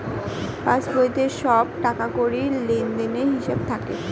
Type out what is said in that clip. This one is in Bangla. পাসবইতে সব টাকাকড়ির লেনদেনের হিসাব থাকে